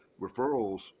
referrals